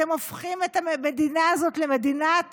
אתם הופכים את המדינה הזאת למדינת